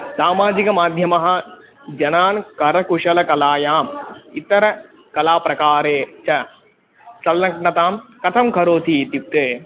सामाजिकमाध्यमः जनान् करकुशलकलायाम् इतरकलाप्रकारे च सल्लग्नतां कथं करोति इत्युक्ते